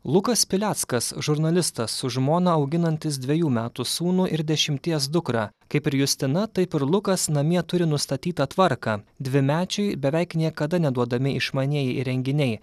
lukas pileckas žurnalistas su žmona auginantis dvejų metų sūnų ir dešimties dukrą kaip ir justina taip ir lukas namie turi nustatytą tvarką dvimečiui beveik niekada neduodami išmanieji įrenginiai